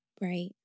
Right